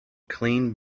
clean